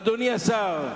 אדוני השר,